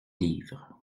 livres